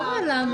אני לא רואה למה.